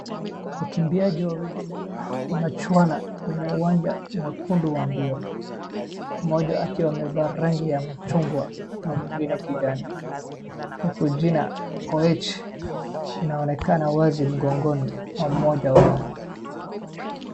Wakimbiaji wawili wanachuana kwenye uwanja mwekundu wa mbio, mmoja akiwa amevaa rangi ya mchungwa na mwingine kijani huku jina Koech linaonekana wazi mgongoni mwa mmoja wao.